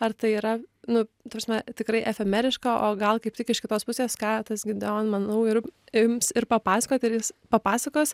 ar tai yra nu ta prasme tikrai efemeriška o gal kaip tik iš kitos pusės ką tas gideon manau ir ims ir papasakot ir jis papasakos